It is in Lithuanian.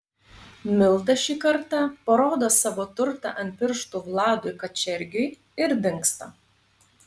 milda šį kartą parodo savo turtą ant pirštų vladui kačergiui ir dingsta